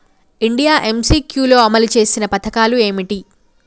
India MCQ లో అమలు చేసిన పథకాలు ఏమిటి?